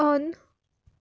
on